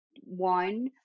one